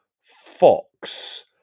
Fox